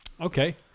Okay